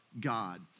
God